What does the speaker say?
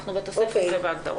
אנחנו בתוספת ובהגדרות.